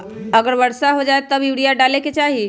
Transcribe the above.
अगर वर्षा हो जाए तब यूरिया डाले के चाहि?